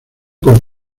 por